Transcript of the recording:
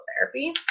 therapy